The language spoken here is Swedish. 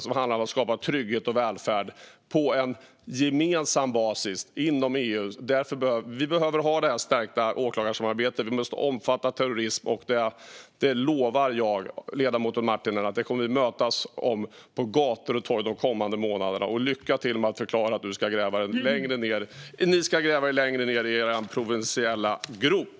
Det handlar om att skapa trygghet och välfärd på en gemensam basis inom EU. Vi behöver det stärkta åklagarsamarbetet. Det måste omfatta terrorism. Jag lovar ledamoten Marttinen att vi kommer att mötas om det på gator och torg de kommande månaderna. Lycka till med att förklara hur ni ska gräva er längre ned i er provinsiella grop!